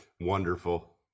wonderful